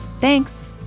Thanks